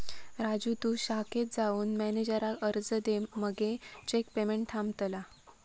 राजू तु शाखेत जाऊन मॅनेजराक अर्ज दे मगे चेक पेमेंट थांबतला